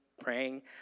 praying